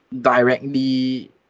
directly